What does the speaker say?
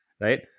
Right